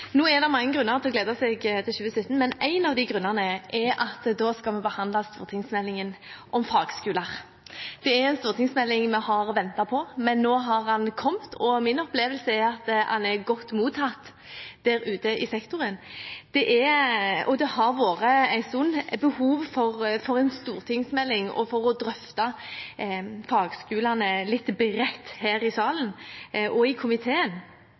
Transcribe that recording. Nå er det mange grunner til å glede seg til 2017, men en av grunnene er at da skal vi behandle stortingsmeldingen om fagskoler. Det er en stortingsmelding vi har ventet på, men nå har den kommet. Min opplevelse er at den er godt mottatt der ute i sektoren. Det har en stund vært behov for en stortingsmelding, og for å drøfte fagskolene litt bredt her i salen og i komiteen.